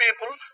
people